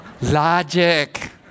Logic